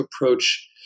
approach